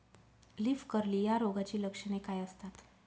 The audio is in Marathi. लीफ कर्ल या रोगाची लक्षणे काय असतात?